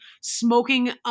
smoking